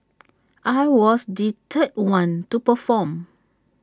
I was the third one to perform